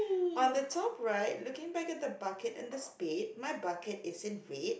on the top right looking back at the bucket and the spade my bucket is in red